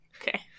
Okay